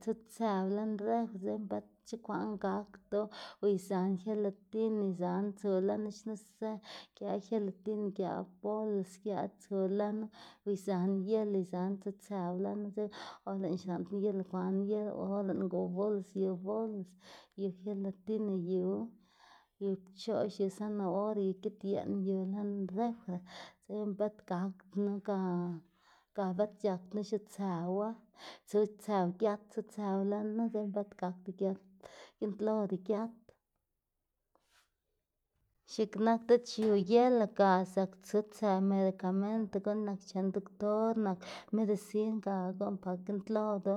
tsutsëw lën refri dzekna bëtc̲h̲e kwaꞌn gakdu o izaná gelatina izaná tsu lënu xnese giaꞌ gelatina giaꞌ bolis giaꞌ tsu lënu o izaná yelo izaná tsutsëw lënu dzekna o lëꞌná xlaꞌndná yelo kwaná yelo or lëꞌná gow bolis yu bolis, yu gelatina yu, yu pchoꞌx, yu zanahoria, yu git yeꞌn yu lën refri dzekna bët gakdnu ga ga bët c̲h̲akdnu xiutsëwa, tsutsëw giat tsutsëw lënu dzekna bët gakdna giat, giꞌntloda giat. x̱iꞌk nak diꞌt xiu yelo ga zak tsutsëw medicamento guꞌn nak chen doktor nak medisin ga guꞌn pa giꞌntlodu.